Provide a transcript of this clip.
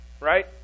right